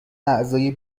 اعضای